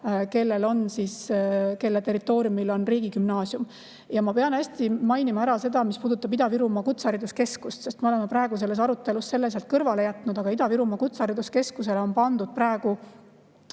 ühtse vallaga, kelle territooriumil on riigigümnaasium. Ja ma pean hästi mainima ära seda, mis puudutab Ida-Virumaa Kutsehariduskeskust, sest me oleme praegu selles arutelus selle sealt kõrvale jätnud. Aga Ida-Virumaa Kutsehariduskeskusele on pandud praegu